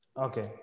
Okay